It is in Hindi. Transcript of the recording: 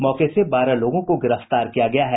मौके से बारह लोगों को गिरफ्तार किया गया है